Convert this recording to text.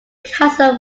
castle